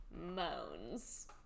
moans